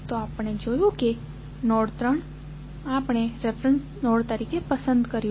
તો આપણે જોયું કે નોડ 3 આપણે રેફેરેંસ નોડ તરીકે પસંદ કર્યું છે